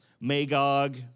Magog